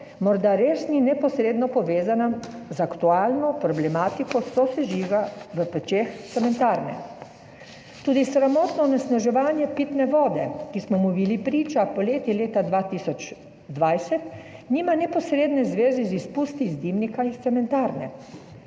morda res ni neposredno povezana z aktualno problematiko sosežiga v pečeh cementarne. Tudi sramotno onesnaževanje pitne vode, ki smo mu bili priča poleti leta 2020, nima neposredne zveze z izpusti iz dimnika iz cementarne.